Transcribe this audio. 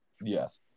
Yes